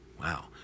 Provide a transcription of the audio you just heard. Wow